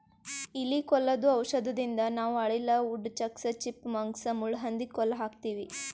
ಇಲಿ ಕೊಲ್ಲದು ಔಷಧದಿಂದ ನಾವ್ ಅಳಿಲ, ವುಡ್ ಚಕ್ಸ್, ಚಿಪ್ ಮಂಕ್ಸ್, ಮುಳ್ಳಹಂದಿ ಕೊಲ್ಲ ಹಾಕ್ತಿವಿ